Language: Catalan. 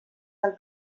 del